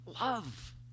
love